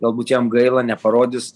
galbūt jam gaila neparodys